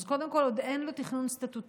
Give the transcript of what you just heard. אז קודם כול עוד אין לו תכנון סטטוטורי.